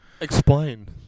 explain